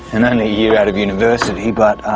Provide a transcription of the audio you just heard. and only a year out of university, but